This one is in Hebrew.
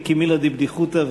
וכמילה דבדיחותא,